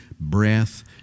breath